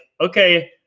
okay